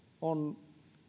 on